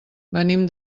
venim